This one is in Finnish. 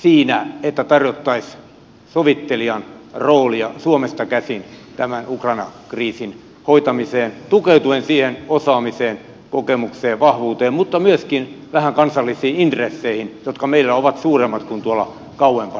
siinä että tarjottaisiin sovittelijan roolia suomesta käsin tämän ukraina kriisin hoitamiseen tukeutuen siihen osaamiseen kokemukseen vahvuuteen mutta myöskin vähän kansallisiin intresseihin jotka meillä ovat suuremmat kuin tuolla kauempana olevilla mailla